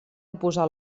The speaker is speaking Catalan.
oposar